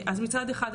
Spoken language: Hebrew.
אז מצד אחד,